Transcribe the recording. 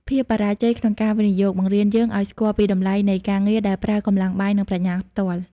ភាពបរាជ័យក្នុងការវិនិយោគ បង្រៀនយើងឱ្យស្គាល់ពីតម្លៃនៃ "ការងារដែលប្រើកម្លាំងបាយ និងប្រាជ្ញាផ្ទាល់"។